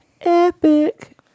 epic